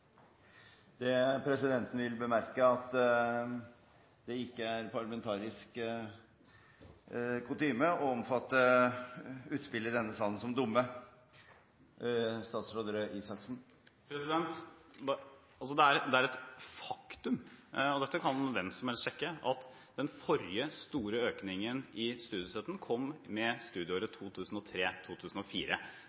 Presidenten vil bemerke at det ikke er parlamentarisk kutyme å omtale utspill i denne salen som dumme. Det er et faktum – og dette kan hvem som helst sjekke – at den forrige store økningen i studiestøtten kom studieåret